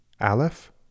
Aleph